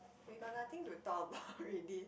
we got nothing to talk about already